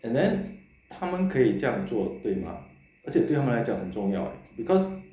and then 他们可以这样做对吗而且对他们来讲很重要耶 because